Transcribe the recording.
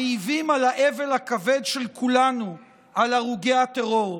המעיבים על האבל הכבד של כולנו על הרוגי הטרור,